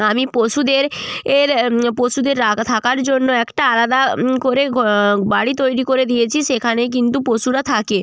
আমি পশুদের এর পশুদের থাকার জন্য একটা আলাদা করে বাড়ি তৈরি করে দিয়েছি সেখানেই কিন্তু পশুরা থাকে